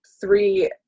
three